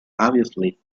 obviously